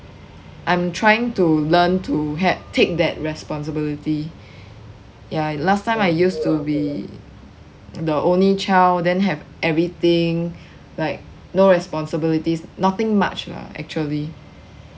I am trying to learn to have take that responsibility ya last time I used to be the only child then have everything like no responsibilities nothing much lah actually